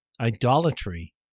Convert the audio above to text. idolatry